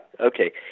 okay